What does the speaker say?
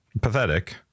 pathetic